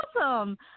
awesome